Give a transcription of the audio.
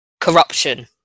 corruption